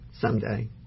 someday